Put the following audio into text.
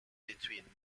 between